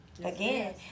Again